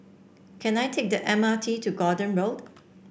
can I take the M R T to Gordon Road